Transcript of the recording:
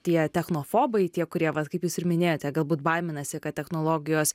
tie technofobai tie kurie vat kaip jūs ir minėjote galbūt baiminasi kad technologijos